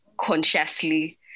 consciously